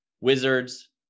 Wizards